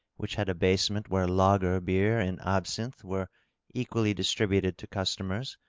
which had a basement where lager beer and absinthe were equally distributed to customers,